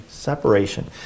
Separation